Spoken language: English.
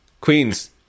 Queens